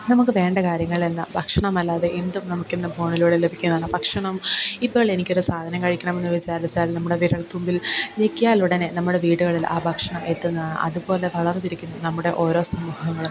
നമുക്ക് വേണ്ട കാര്യങ്ങൾ എന്ന ഭക്ഷണമല്ലാതെ എന്തും നമുക്ക് ഇന്ന് ഫോണിലൂടെ ലഭിക്കുന്നതാണ് ഭക്ഷണം ഇപ്പോൾ എനിക്കൊരു സാധനം കാഴിക്കണമെന്നുവെച്ചാൽ വെച്ചാൽ നമ്മുടെ വിരൽത്തുമ്പിൽ ഞെക്കിയാലുടനെ നമ്മുടെ വീടുകളില് ആ ഭക്ഷണം എത്തുന്നതാണ് അതുപോലെ കളറ് തിരിക്കുന്ന നമ്മുടെ ഓരോ സംഭവങ്ങൾ